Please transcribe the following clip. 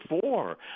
four